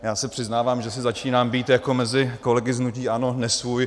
Já se přiznávám, že začínám být jako mezi kolegy z hnutí ANO nesvůj.